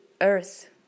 earth